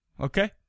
okay